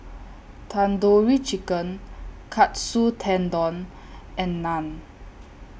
Tandoori Chicken Katsu Tendon and Naan